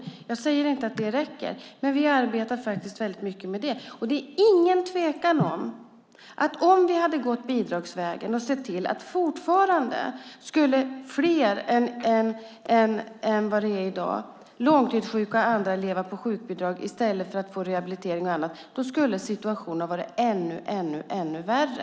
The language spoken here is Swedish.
Jag säger inte att det räcker, men vi arbetar faktiskt väldigt mycket med detta. Hade vi gått bidragsvägen skulle fler än i dag, långtidssjuka och andra, fortfarande leva på sjukbidrag i stället för att få rehabilitering och så vidare, och då skulle situationen ha varit ännu värre.